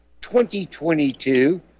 2022